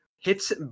hits